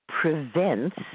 prevents